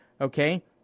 Okay